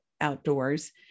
outdoors